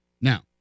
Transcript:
now